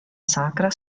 sacra